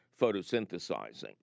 photosynthesizing